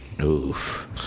oof